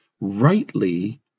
rightly